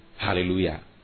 Hallelujah